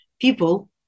people